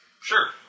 Sure